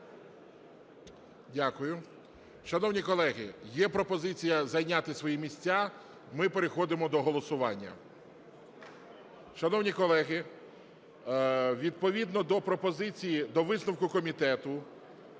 Дякую. Шановні колеги, є пропозиція зайняти свої місця. Ми переходимо до голосування. Шановні колеги, відповідно до пропозиції, до висновку комітету